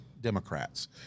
Democrats